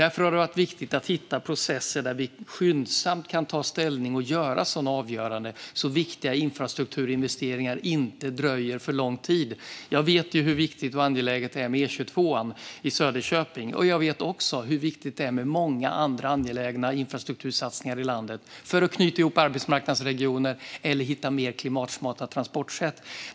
Därför har det varit viktigt att hitta processer där vi skyndsamt kan ta ställning och klara sådana avgöranden så att viktiga infrastrukturinvesteringar inte dröjer alltför länge. Jag vet hur viktigt och angeläget det är med E22 i Söderköping, och jag vet också hur viktigt det är med många andra infrastruktursatsningar i landet, för att knyta ihop arbetsmarknadsregioner eller hitta mer klimatsmarta transportsätt.